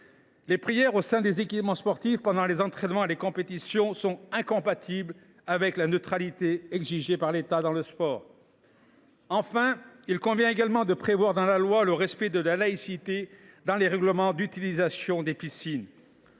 Les prières au sein des équipements sportifs pendant les entraînements et les compétitions sont incompatibles avec la neutralité exigée par l’État dans le sport. Enfin, il convient également de prévoir dans la loi l’application de la laïcité dans les règlements des piscines.